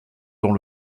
dont